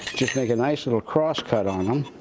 just make a nice, little cross-cut on em.